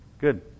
Good